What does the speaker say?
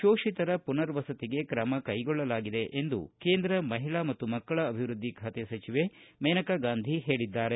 ಶೋಷಿತರ ಪುನರ್ ವಸತಿಗೆ ಕ್ರಮ ಕೈಗೊಳ್ಳಲಾಗಿದೆ ಎಂದು ಕೇಂದ್ರ ಮಹಿಳಾ ಮತ್ತು ಮಕ್ಕಳ ಅಭಿವೃದ್ಧಿ ಖಾತೆ ಸಚಿವೆ ಮೇನಕಾ ಗಾಂಧಿ ಹೇಳಿದ್ದಾರೆ